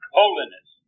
holiness